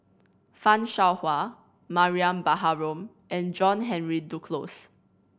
Fan Shao Hua Mariam Baharom and John Henry Duclos